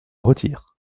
retire